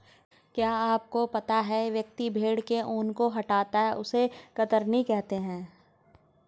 क्या आपको पता है व्यक्ति भेड़ के ऊन को हटाता है उसे कतरनी कहते है?